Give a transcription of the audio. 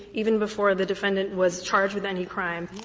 even before the defendant was charged with any crime.